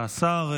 תודה, סגן השר.